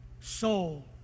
soul